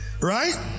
Right